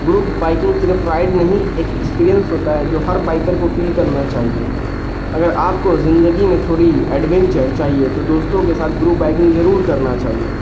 group biking صرف ride نہیں ایک ایکسپریئنس ہوتا ہے جو ہر بائکر کو فیل کرنا چاہیے اگر آپ کو زندگی میں تھوڑی ایڈونچر چاہیے تو دوستوں کے ساتھ گروپ بائکنگ ضرور کرنا چاہیے